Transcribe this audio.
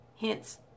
Hence